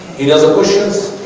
he does equations